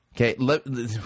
Okay